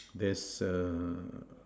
there's a